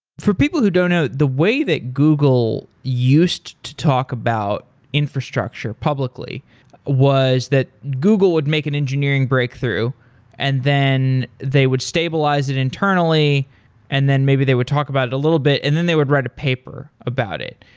for people who don't know, the way that google used to talk about infrastructure publicly was that google would make an engineering breakthrough and then they would stabilize it internally and then maybe they would talk about a little bit and then they would write a paper about it.